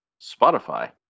Spotify